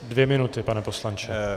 Dvě minuty, pane poslanče.